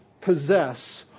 possess